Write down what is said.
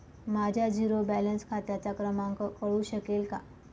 माझ्या zero balance खात्याचा क्रमांक कळू शकेल का?